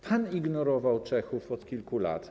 Pan ignorował Czechów od kilku lat.